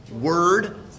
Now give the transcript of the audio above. word